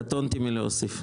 כך זה ייתן מענה למה שאני מחפש.